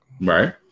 Right